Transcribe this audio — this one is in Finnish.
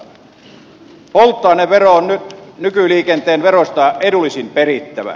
polttoainevero on nykyliikenteen veroista edullisin perittävä